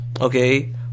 okay